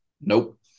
Nope